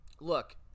Look